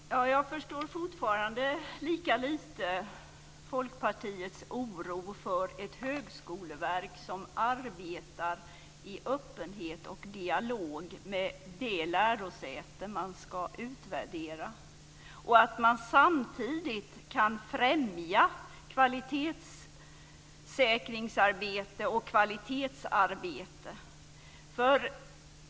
Herr talman! Jag förstår fortfarande lika lite Folkpartiets oro för ett högskoleverk som arbetar i öppenhet och dialog med det lärosäte som man ska utvärdera och som samtidigt kan främja kvalitetssäkringsarbete och kvalitetsarbete.